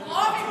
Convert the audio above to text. פוגרומים.